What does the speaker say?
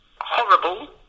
horrible